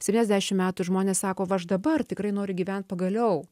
septyniasdešimt metų žmonės sako va aš dabar tikrai noriu gyvent pagaliau